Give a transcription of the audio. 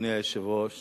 אדוני היושב-ראש